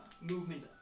movement